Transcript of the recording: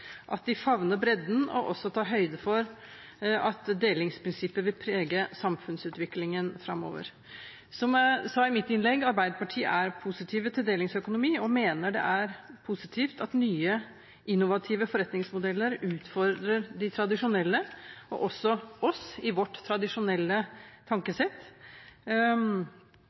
at de favner bredden og også tar høyde for at delingsprinsippet vil prege samfunnsutviklingen framover. Som jeg sa i mitt innlegg, er Arbeiderpartiet positiv til delingsøkonomi og mener det er positivt at nye, innovative forretningsmodeller utfordrer de tradisjonelle, og også oss i vårt tradisjonelle tankesett.